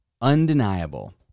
undeniable